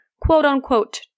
quote-unquote